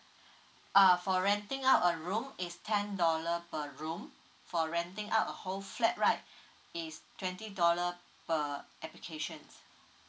uh for renting out a room is ten dollar per room for renting out a whole flat right is twenty dollar per applications